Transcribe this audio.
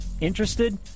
Interested